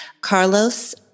Carlos